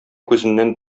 күзеннән